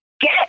Get